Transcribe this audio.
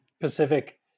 Pacific